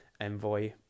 envoy